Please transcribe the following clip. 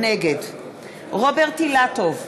נגד רוברט אילטוב,